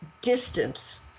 distance